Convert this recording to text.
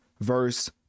verse